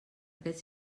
aquest